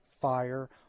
fire